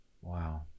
wow